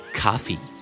coffee